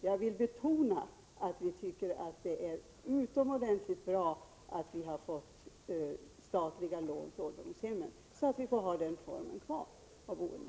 Jag vill än en gång betona att vi tycker att det är utomordentligt bra att man får möjlighet att ge statliga lån till ålderdomshem, så att man kan ha kvar den formen av boende.